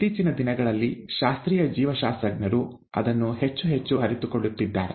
ಇತ್ತೀಚಿನ ದಿನಗಳಲ್ಲಿ ಶಾಸ್ತ್ರೀಯ ಜೀವಶಾಸ್ತ್ರಜ್ಞರು ಅದನ್ನು ಹೆಚ್ಚು ಹೆಚ್ಚು ಅರಿತುಕೊಳ್ಳುತ್ತಿದ್ದಾರೆ